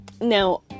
now